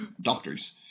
doctors